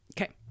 okay